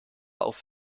auf